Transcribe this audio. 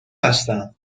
هستم